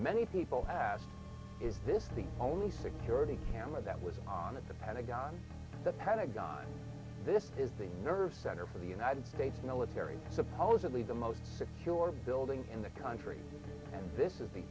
many people asked is this the only security camera that was on at the pentagon the pentagon this is the nerve center for the united states military supposedly the most secure building in the country and this is the